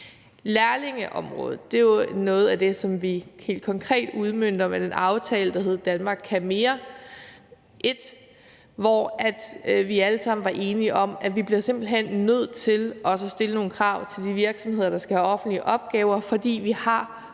Lærlingeområdet er jo noget af det, som vi helt konkret udmønter med den aftale, der hedder »Danmark kan mere I«, og hvor vi alle sammen var enige om, at vi simpelt hen også bliver nødt til at stille nogle krav til de virksomheder, der skal have offentlige opgaver, fordi vi har